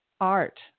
art